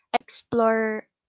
explore